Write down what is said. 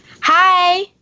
Hi